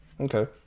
okay